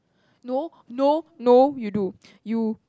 no no no you do you